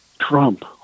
Trump